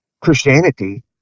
Christianity